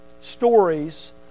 stories